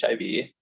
HIV